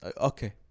okay